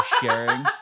sharing